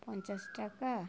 পঞ্চাশ টাকা